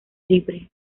libre